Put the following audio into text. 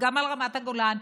גם על רמת הגולן,